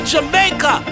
Jamaica